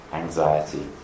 anxiety